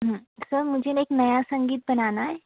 sir मुझे न एक नया संगीत बनाना है